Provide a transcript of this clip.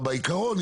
בעיקרון,